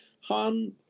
Han